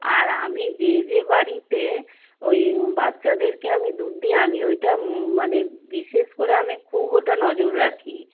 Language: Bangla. আর আমি যে যে বাড়িতে ওই বাচ্চাদেরকে আমি দুধ দিই আমি ওইটা মানে বিশেষ করে আমি খুব ওটা নজর রাখি